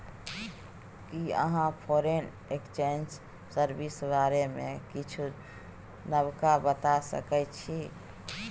कि अहाँ foreign exchange service बारे मे किछ नबका बता सकै छी